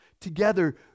together